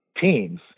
teams